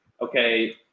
okay